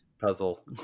puzzle